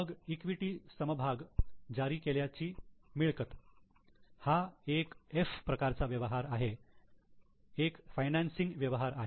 मग इक्विटी समभाग जारी केल्याचे मिळकत हा एक 'F' प्रकारचा व्यवहार आहे एक फायनान्सिंग व्यवहार आहे